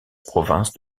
province